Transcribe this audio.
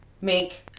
make